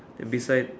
and beside